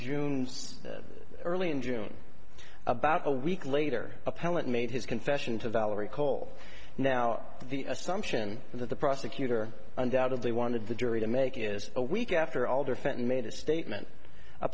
june early in june about a week later appellant made his confession to valerie cole now the assumption that the prosecutor undoubtedly wanted the jury to make is a week after all defendant made a statement a